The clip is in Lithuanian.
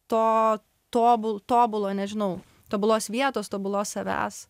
to tobulo tobulo nežinau tobulos vietos tobulos savęs